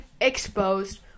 exposed